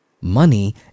Money